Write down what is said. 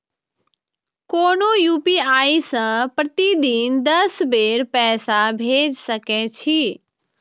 कोनो यू.पी.आई सं प्रतिदिन दस बेर पैसा भेज सकै छी